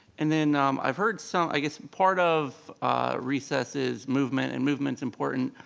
and then i've heard some, i guess, part of recess is movement and movement's important.